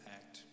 act